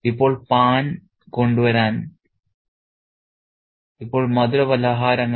ഇപ്പോൾ പാൻ കൊണ്ടുവരാൻ ഇപ്പോൾ മധുരപലഹാരങ്ങൾ